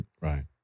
Right